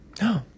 No